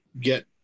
get